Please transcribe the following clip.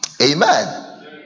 Amen